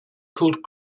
called